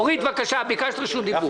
ועדת הכספים היא לא חותמת גומי.